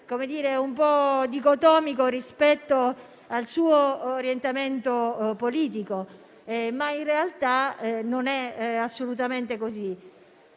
sembrare un po' dicotomico rispetto al suo orientamento politico, in realtà non è assolutamente